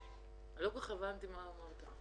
כל כך הבנתי מה אמרת.